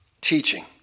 teaching